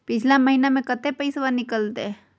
पिछला महिना मे कते पैसबा निकले हैं?